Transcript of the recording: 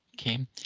Okay